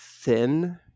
thin